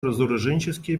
разоруженческие